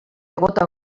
gota